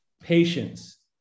patience